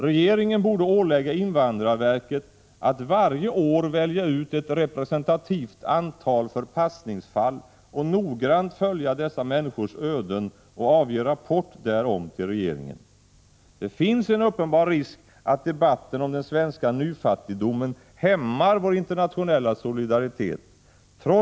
Regeringen borde ålägga invandrarverket att varje år välja ut ett representativt antal förpassningsfall och noggrant följa dessa människors öden samt avge rapport därom till regeringen. Det finns en uppenbar risk att debatten om den svenska nyfattigdomen hämmar vår internationella solidaritet.